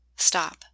stop